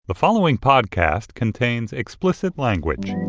the following podcast contains explicit language